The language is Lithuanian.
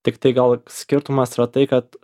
tiktai gal skirtumas yra tai kad